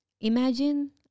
imagine